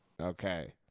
okay